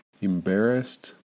embarrassed